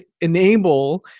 enable